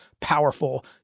powerful